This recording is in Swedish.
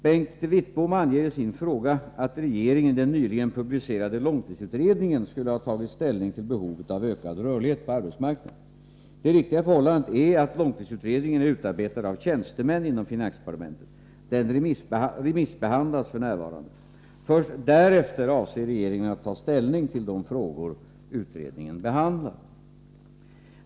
Bengt Wittbom anger i sin fråga att regeringen i den nyligen publicerade långtidsutredningen skulle ha tagit ställning till behovet av ökad rörlighet på arbetsmarknaden. Det riktiga förhållandet är att långtidsutredningen är utarbetad av tjänstemän inom finansdepartementet. Den remissbehandlas f.n. Först därefter avser regeringen att ta ställning till de frågor utredningen behandlar.